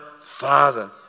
Father